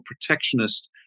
protectionist